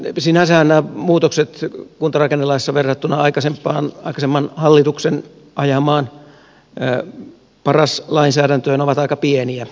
sinänsähän nämä muutokset kuntarakennelaissa verrattuna aikaisemman hallituksen ajamaan paras lainsäädäntöön ovat aika pieniä